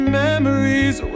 memories